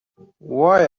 why